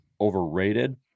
Overrated